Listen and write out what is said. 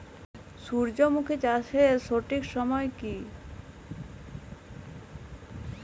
সূর্যমুখী চাষের সঠিক সময় কি?